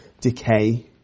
decay